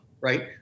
right